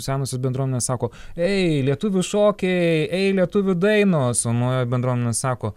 senosios bendruomenės sako ei lietuvių šokiai ei lietuvių dainos o naujoji bendruomenė sako